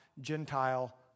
Gentile